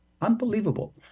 unbelievable